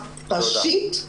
ראשית.